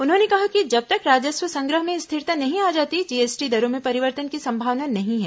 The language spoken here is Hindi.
उन्होंने कहा कि जब तक राजस्व संग्रह में स्थिरता नहीं आ जाती जीएसटी दरों में परिवर्तन की संभावना नहीं है